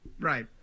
Right